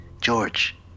george